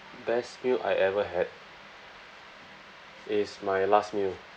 best meal I ever had is my last meal